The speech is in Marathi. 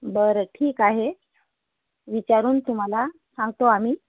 बरं ठीक आहे विचारून तुम्हाला सांगतो आम्ही